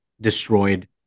destroyed